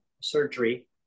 surgery